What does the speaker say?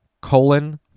colon